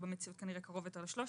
שבמציאות כנראה קרוב יותר ל-3,000.